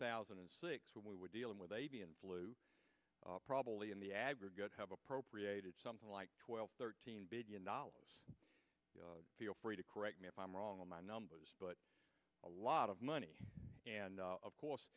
thousand and six when we were dealing with avian flu probably in the aggregate have appropriated something like twelve thirteen billion dollars feel free to correct me if i'm wrong on my numbers but a lot of money and of course